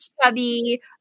chubby